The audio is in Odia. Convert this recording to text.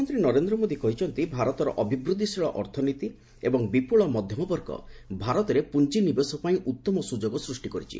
ପ୍ରଧାନମନ୍ତ୍ରୀ ନରେନ୍ଦ୍ର ମୋଦି କହିଛନ୍ତି ଭାରତର ଅଭିବୃଦ୍ଧିଶୀଳ ଅର୍ଥନୀତି ଏବଂ ବିପୁଳ ମଧ୍ୟମବର୍ଗ ଭାରତରେ ପୁଞ୍ଜି ନିବେଶ ପାଇଁ ଉତ୍ତମ ସୁଯୋଗ ସୃଷ୍ଟି କରିଛି